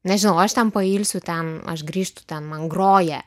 nežinau aš ten pailsiu ten aš grįžtu ten man groja